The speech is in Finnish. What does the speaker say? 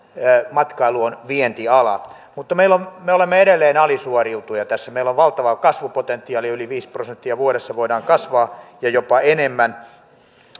matkailu on vientiala mutta me olemme edelleen alisuoriutuja tässä meillä on valtava kasvupotentiaali yli viisi prosenttia vuodessa voidaan kasvaa ja jopa enemmän